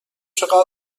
چقدر